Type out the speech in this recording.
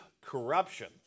corruption